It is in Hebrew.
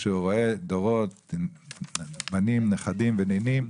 כשהוא רואה דורות של בנים, נכדים ונינים,